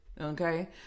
okay